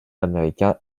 américain